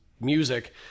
music